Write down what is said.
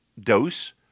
dose